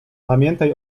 pamiętaj